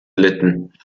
litten